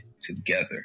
together